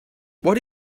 what